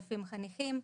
כ-6,000 חניכים.